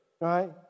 right